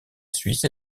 suisse